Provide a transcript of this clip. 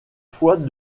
fois